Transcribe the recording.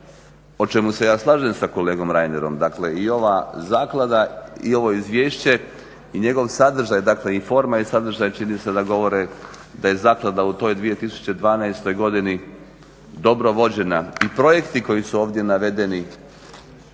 u čemu se ja slažem sa kolegom Reinerom dakle i ova zaklada i ovo izvješće i njegov sadržaj dakle i forma i sadržaj čini se da govore da je zaklada u toj 2012.godini dobro vođena i projekti koji su ovdje navedeni